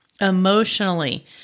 emotionally